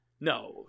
No